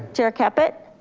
chair caput?